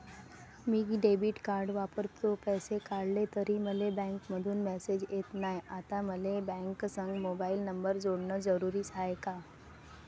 मी debit card वापरतो, पैसे काढले तरी मले बँकेमंधून मेसेज येत नाय, आता मले बँकेसंग मोबाईल नंबर जोडन जरुरीच हाय का?